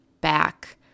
back